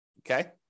okay